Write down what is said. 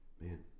man